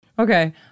Okay